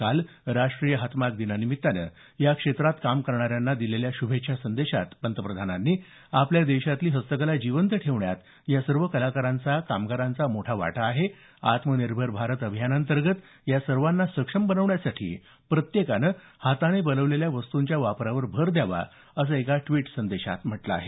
काल राष्ट्रीय हातमाग दिनानिमित्तानं या क्षेत्रात काम करणाऱ्यांना दिलेल्या शुभेच्छा संदेशांत पंतप्रधानांनी आपल्या देशातली हस्तकला जिवंत ठेवण्यात या सर्व कलाकारांचा कामगारांचा मोठा वाटा आहे आत्मनिर्भर भारत अभियानांतर्गत या सर्वाँना सक्षम बनवण्यासाठी प्रत्येकानं हाताने बनवलेल्या वस्तूंच्या वापरावर भर द्यावा असं एका ट्विट संदेशात म्हटलं आहे